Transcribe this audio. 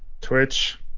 Twitch